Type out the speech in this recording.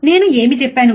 నేను ఏమి చెప్పాను